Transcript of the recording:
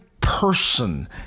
person